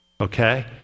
Okay